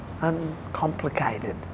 uncomplicated